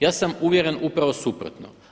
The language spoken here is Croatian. Ja sam uvjeren upravo suprotno.